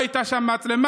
אם לא הייתה שם מצלמה,